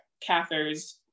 Cather's